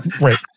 Right